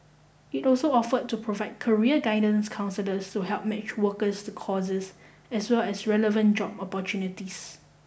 it also offered to provide career guidance counsellors to help match workers to courses as well as relevant job opportunities